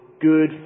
good